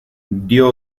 dio